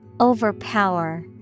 Overpower